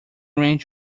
arrange